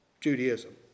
Judaism